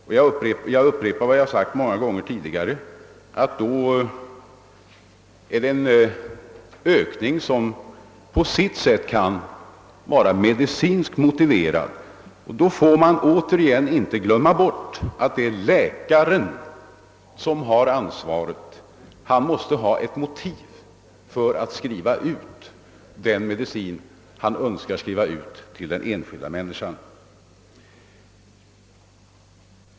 Och jag upprepar vad jag sagt många gånger tidigare, att då är det en ökning som är medicinskt motiverad. Det är läkaren som har ansvaret. Han måste ha ett motiv för att skriva ut den medicin han önskar ge den enskilda människan.